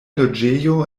loĝejo